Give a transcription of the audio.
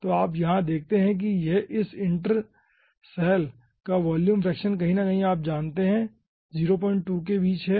तो आप यहाँ देखते हैं कि इस सेंटर सैल का वॉल्यूम फ्रैक्शन कहीं न कहीं आप जानते है 02 के बीच है